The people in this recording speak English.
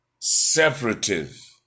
separative